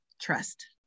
trust